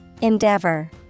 Endeavor